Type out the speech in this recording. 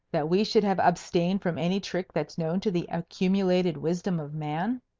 that we should have abstained from any trick that's known to the accumulated wisdom of man?